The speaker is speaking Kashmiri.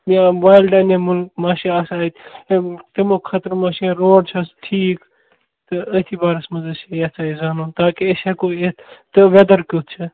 یا وایلڈ اَنِمُل ما چھِ آسان اَتہِ یا ہے تِمو خٲطرٕ ما چھِ روڈ چھا حظ ٹھیٖک تہٕ أتھی بارَس منٛز ٲسۍ یژھان یہِ زانُن تاکہِ أسۍ ہٮ۪کو یِتھ تہٕ وٮ۪دَر کیُتھ چھِ